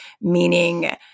meaning